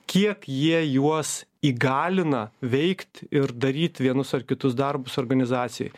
kiek jie juos įgalina veikt ir daryt vienus ar kitus darbus organizacijoj